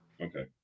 Okay